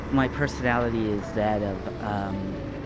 my personality is that of, um,